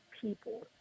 people